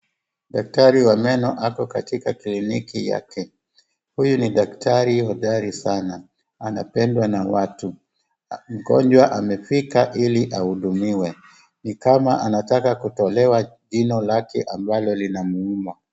Daktari wa meno ako katika kliniki yake. Huyu ni daktari hodari sana, anapendwa na watu, mgonjwa amefika ili ahudumiwe, ni kama anataka kutolewa jino lake ambalo linamuuma.